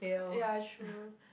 ya true